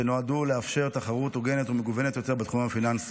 שנועדו לאפשר תחרות הוגנת ומגוונת יותר בתחום הפיננסי.